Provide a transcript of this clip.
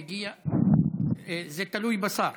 איתן הגיע, זה תלוי בשר.